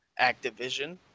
Activision